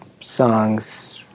songs